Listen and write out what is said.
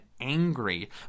angry